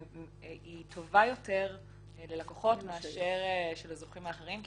היא טובה יותר ללקוחות מאשר של הזוכים האחרים,